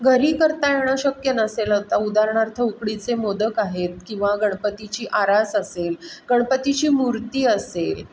घरी करता येणं शक्य नसेल आता उदाहरणार्थ उकडीचे मोदक आहेत किंवा गणपतीची आरास असेल गणपतीची मूर्ती असेल